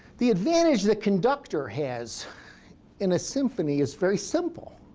the advantage the conductor has in a symphony is very simple.